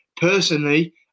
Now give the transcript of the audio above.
Personally